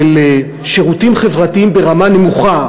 של שירותים חברתיים ברמה נמוכה,